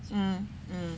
mm